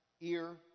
ear